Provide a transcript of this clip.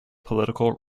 political